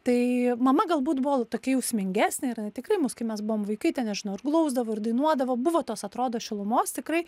tai mama galbūt buvo tokia jausmingesnė tikrai mus kai mes buvom vaikai ten nežinau ir glausdavo ir dainuodavo buvo tos atrodo šilumos tikrai